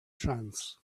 trance